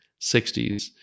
60s